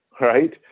right